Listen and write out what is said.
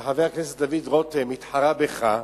חבר הכנסת דוד רותם התחרה בך.